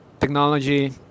technology